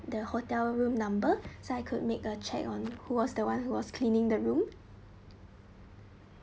the hotel room number so I could make a check on who was the one who was cleaning the room